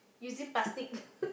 using plastic